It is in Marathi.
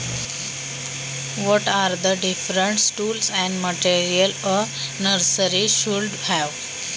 रोपवाटिकेत कोणती वेगवेगळी साधने आणि साहित्य असावीत?